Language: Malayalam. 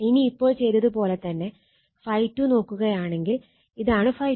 ഇനി ഇപ്പോൾ ചെയ്തത് പോലെ തന്നെ ∅2 നോക്കുകയാണെങ്കിൽ ഇതാണ് ∅2